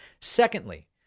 Secondly